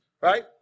right